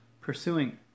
pursuing